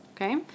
Okay